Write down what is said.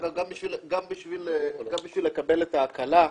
גם בשביל לקבל את ההקלה,